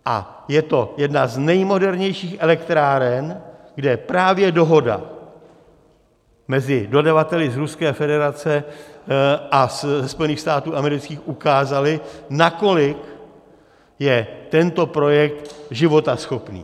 A je to jedna z nejmodernějších elektráren, kde právě dohoda mezi dodavateli z Ruské federace a ze Spojených států amerických ukázala, nakolik je tento projekt životaschopný.